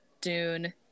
Dune